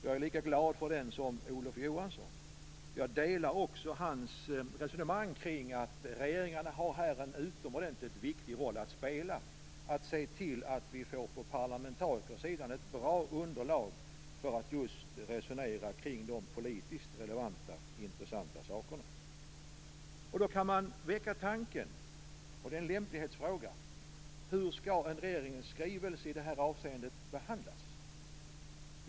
Jag är lika glad för den som Olof Johansson, och jag delar hans resonemang kring att regeringarna har en utomordentligt viktig roll att spela här. Det gäller att se till att vi på parlamentarikersidan får ett bra underlag för att just resonera kring de politiskt relevanta, intressanta, sakerna. Då kan man väcka tanken, och det är en lämplighetsfråga, på hur en regeringsskrivelse i det här avseendet skall behandlas.